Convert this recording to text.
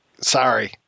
Sorry